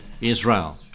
Israel